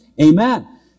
Amen